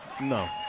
No